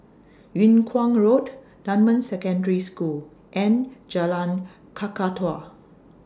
Yung Kuang Road Dunman Secondary School and Jalan Kakatua